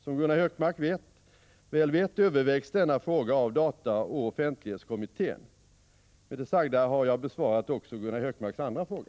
Som Gunnar Hökmark väl vet övervägs denna fråga av dataoch offentlighetskommittén . Med det sagda har jag besvarat också Gunnar Hökmarks andra fråga.